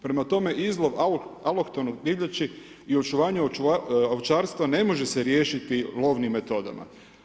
Prema tome izlog alohtona divljači i očuvanje ovčarstva, ne može se riješiti lovnim metodama.